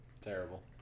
Terrible